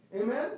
Amen